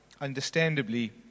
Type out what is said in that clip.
understandably